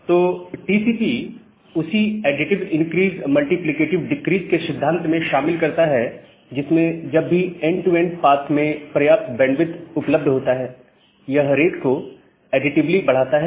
तो टीसीपी उसी additive increase multiplicative decrease के सिद्धांत को शामिल करता है जिसमें जब भी एंड टू एंड पाथ में पर्याप्त बैंडविड्थ उपलब्ध होता है यह रेट को एडिटिवली बढ़ाता है